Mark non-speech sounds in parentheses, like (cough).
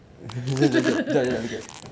(laughs)